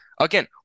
Again